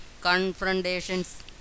confrontations